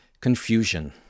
Confusion